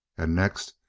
and next,